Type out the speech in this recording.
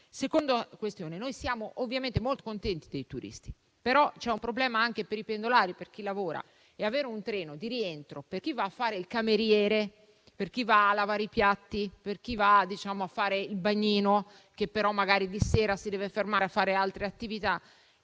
seconda questione. Noi siamo molto contenti dei turisti, però c'è un problema anche per i pendolari, per chi lavora; mi riferisco alla necessità di avere un treno di rientro per chi va a fare il cameriere, per chi va a lavare i piatti, per chi va a fare il bagnino e che però magari di sera si deve fermare a fare altre attività.